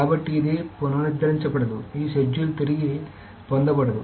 కాబట్టి ఇది పునరుద్ధరించబడదు ఈ షెడ్యూల్ తిరిగి పొందబడదు